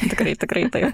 tikrai tikrai taip